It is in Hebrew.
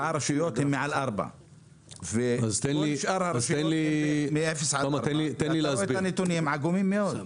רשויות מעל 4. כלש אר הרשויות הן מאפס עד 4. נתונים עגומים מאוד.